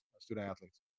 student-athletes